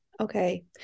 Okay